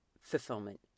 fulfillment